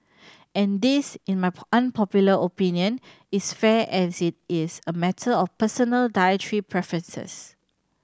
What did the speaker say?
and this in my unpopular opinion is fair as it is a matter of personal dietary preferences